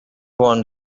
want